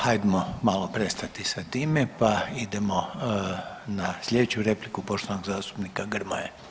Hajdmo malo prestati sa time, pa idemo na slijedeću repliku poštovanog zastupnika Grmoje.